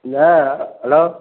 இந்த ஹலோ